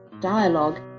Dialogue